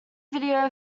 video